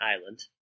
island